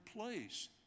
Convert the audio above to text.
place